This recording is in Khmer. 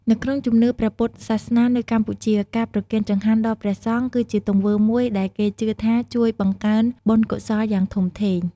នៅក្នុងជំនឿព្រះពុទ្ធសាសនានៅកម្ពុជា ការប្រគេនចង្ហាន់ដល់ព្រះសង្ឃ គឺជាទង្វើមួយដែលគេជឿថាជួយបង្កើនបុណ្យកុសលយ៉ាងធំធេង។